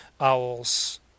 owls